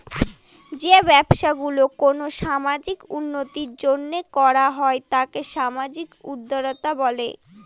যে ব্যবসা গুলো কোনো সামাজিক উন্নতির জন্য করা হয় তাকে সামাজিক উদ্যক্তা বলে